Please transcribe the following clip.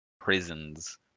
prisons